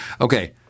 Okay